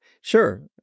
Sure